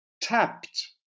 tapped